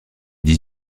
dix